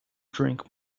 drink